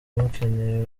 mukeneye